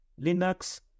Linux